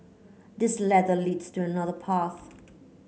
this ladder leads to another path